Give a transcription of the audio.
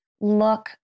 look